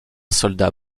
soldat